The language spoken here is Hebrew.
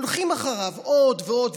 הולכים אחריו עוד ועוד,